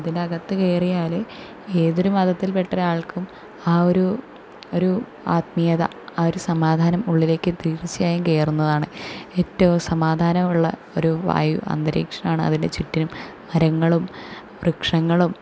അതിനകത്ത് കയറിയാൽ ഏതൊരു മതത്തിൽപ്പെട്ടൊരാൾക്കും ആ ഒരു ഒരു ആത്മീയത ആ ഒരു സമാധാനം ഉള്ളിലേക്ക് തീർച്ചയായും കയറുന്നതാണ് ഏറ്റവും സമാധാനമുള്ള ഒരു വായു അന്തരീക്ഷമാണ് അതിനു ചുറ്റിനും മരങ്ങളും വൃക്ഷങ്ങളും